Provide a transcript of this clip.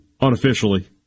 unofficially